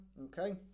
okay